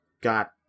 got